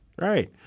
Right